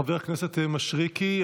חבר הכנסת מישרקי,